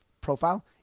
profile